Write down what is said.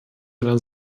einer